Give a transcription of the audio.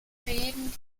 reden